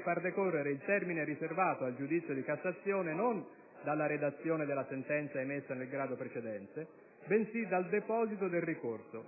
far decorrere il termine riservato al giudizio di cassazione non dalla redazione della sentenza emessa nel grado precedente, bensì dal deposito del ricorso;